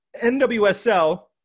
nwsl